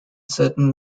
certain